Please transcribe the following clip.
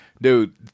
dude